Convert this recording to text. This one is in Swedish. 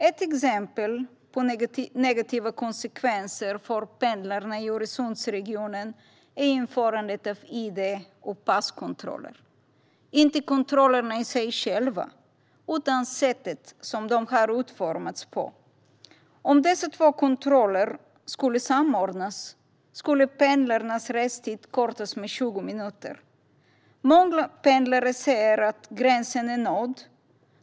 Ett exempel på negativa konsekvenser för pendlarna i Öresundsregionen är införandet av id och passkontroller. Problemet är inte kontrollerna i sig själva utan sättet som de har utformats på. Om dessa två kontroller skulle samordnas skulle pendlarnas restid kortas med 20 minuter. Många pendlare säger att gränsen är nådd.